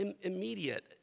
immediate